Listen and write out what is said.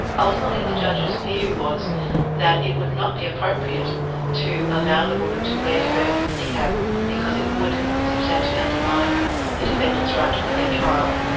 ultimately the judge's view was that it would not be appropriate to allow the woman to wear her niqab because it would substantially undermine the defendant's right to a fair trial.